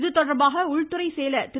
இதுதொடர்பாக உள்துறை செயலர் திரு